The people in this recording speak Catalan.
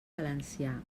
valencià